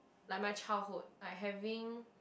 like my childhood I having